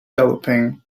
developing